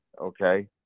okay